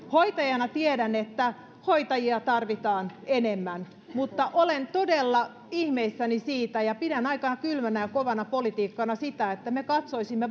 hoitajana tiedän että hoitajia tarvitaan enemmän mutta olen todella ihmeissäni siitä ja pidän aika kylmänä ja kovana politiikkana sitä että me katsoisimme